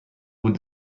بود